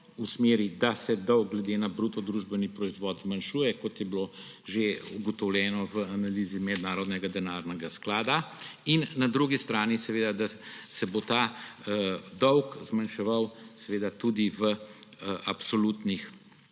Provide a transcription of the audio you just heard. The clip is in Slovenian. v smeri, da se dolg glede na bruto družbeni proizvod zmanjšuje, kot je bilo že ugotovljeno v analizi Mednarodnega denarnega sklada, na drugi strani pa, da se bo ta dolg zmanjševal tudi v absolutnih